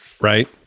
right